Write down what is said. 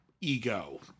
ego